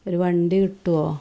ഒരു വണ്ടി കിട്ടുവോ